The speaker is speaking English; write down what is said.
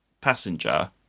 passenger